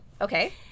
Okay